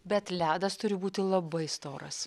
bet ledas turi būti labai storas